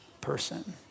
person